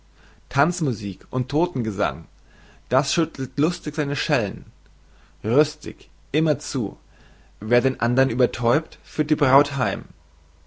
tanzmusik und todtengesang das schüttelt lustig seine schellen rüstig immer zu wer den andern übertäubt führt die braut heim